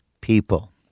people